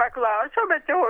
paklausiau bet jau